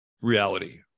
reality